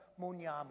Munyama